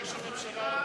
יש כמה מועמדים.